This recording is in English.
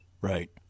Right